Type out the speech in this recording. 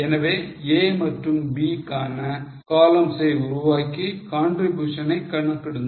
எனவே A மற்றும் B கான columns ஐ உருவாக்கி contribution னை கணக்கிடுங்கள்